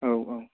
औ औ